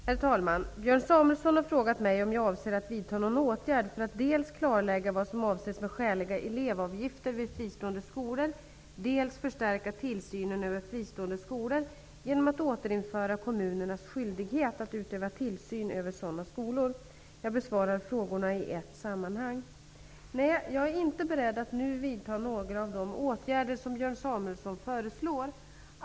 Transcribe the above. Herr talman! Björn Samuelson har frågat mig om jag avser att vidta någon åtgärd för att dels klarlägga vad som avses med skäliga elevavgifter vid fristående skolor, dels förstärka tillsynen över fristående skolor genom att återinföra kommunernas skyldighet att utöva tillsyn över sådana skolor. Jag besvarar frågorna i ett sammanhang. Nej, jag är inte beredd att nu vidta några av de åtgärder som Björn Samuelson föreslår.